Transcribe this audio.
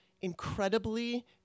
incredibly